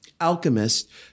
alchemists